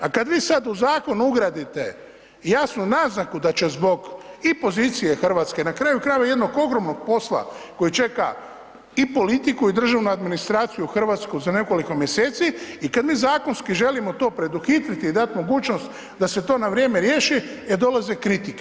A kad vi sad u zakon ugradite jasnu naznaku da će zbog i pozicije Hrvatske, na kraju krajeva jednog ogromnog posla koji čeka i politiku i državnu administraciju hrvatsku za nekoliko mjeseci i kad mi zakonski želimo to preduhitriti i dat mogućnost da se to na vrijeme riješi e dolaze kritike.